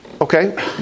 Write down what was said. Okay